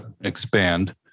expand